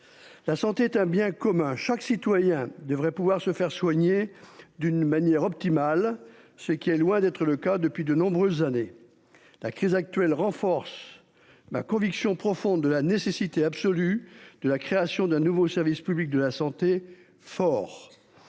La santé est un bien commun, chaque citoyen devrait pouvoir se faire soigner d'une manière optimale. Ce qui est loin d'être le cas depuis de nombreuses années. La crise actuelle renforce ma conviction profonde de la nécessité absolue de la création d'un nouveau service public de la santé fort